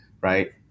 right